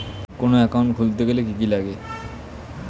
কোন একাউন্ট খুলতে গেলে কি কি লাগে?